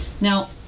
Now